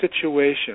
situation